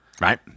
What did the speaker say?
Right